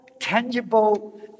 tangible